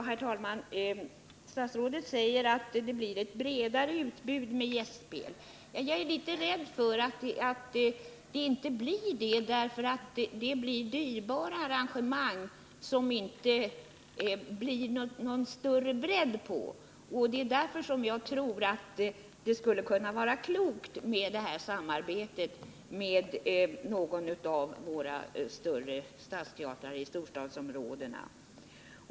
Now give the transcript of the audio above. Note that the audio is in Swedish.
Herr talman! Statsrådet säger att det blir ett bredare utbud med gästspel. Jag är litet rädd för att det inte blir så. Det blir nämligen dyrbarare arrangemang och därför blir det ingen större bredd i utbudet. Det är därför jag tror det kunde vara klokt med ett samarbete med någon av våra större stadsteatrar i storstadsområdena.